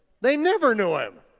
they never knew him.